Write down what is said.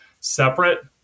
separate